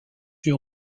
yeux